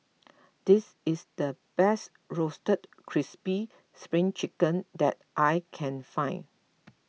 this is the best Roasted Crispy Spring Chicken that I can find